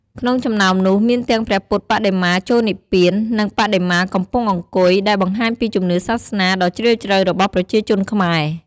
ក្នុងចំណោមនោះ មានទាំងព្រះពុទ្ធបដិមាចូលនិព្វាន និងបដិមាកំពុងអង្គុយ ដែលបង្ហាញពីជំនឿសាសនាដ៏ជ្រាលជ្រៅរបស់ប្រជាជនខ្មែរ។